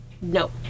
No